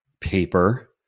paper